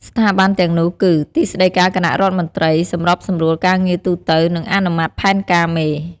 ស្ថាប័នទាំងនោះគឺ ទីស្តីការគណៈរដ្ឋមន្ត្រី: សម្របសម្រួលការងារទូទៅ និងអនុម័តផែនការមេ។